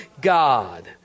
God